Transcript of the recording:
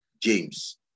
james